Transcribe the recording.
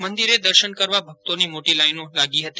મંદિરે દર્શન કરવા ભક્તોની મોટી લાઇનો લાગી હતી